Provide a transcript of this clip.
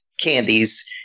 Candies